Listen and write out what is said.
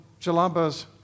Jalabas